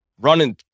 running